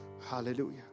Hallelujah